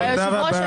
היושב ראש,